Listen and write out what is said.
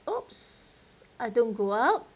!oops! I don't go out